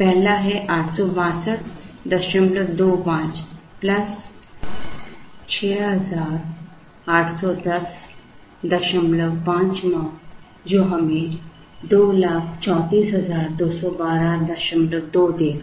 पहला है 86225 681059 जो हमें 20342122 देगा